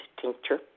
tincture